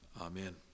Amen